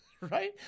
right